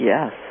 Yes